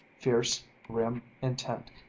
fierce, grim, intent,